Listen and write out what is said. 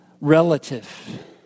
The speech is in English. relative